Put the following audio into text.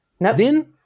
Then-